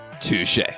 Touche